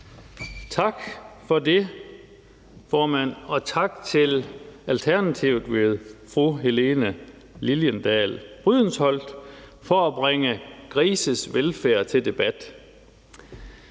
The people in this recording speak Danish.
Tak for det, formand. Og tak til Alternativet ved fru Helene Liliendahl Brydensholt for at bringe grises velfærd til debat,